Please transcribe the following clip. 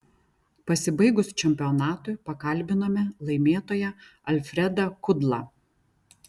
pasibaigus čempionatui pakalbinome laimėtoją alfredą kudlą